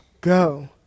Go